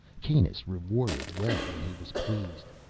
kanus rewarded well when he was pleased.